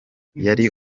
yari